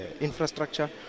infrastructure